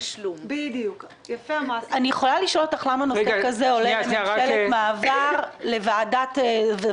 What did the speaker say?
לוועדה זמנית בממשלת מעבר בתקופת בחירות?